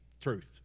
truth